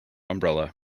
umbrella